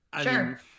Sure